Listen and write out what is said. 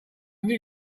knew